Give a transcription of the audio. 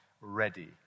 ready